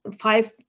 five